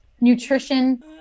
nutrition